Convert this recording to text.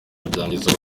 byangiza